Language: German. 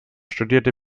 studierte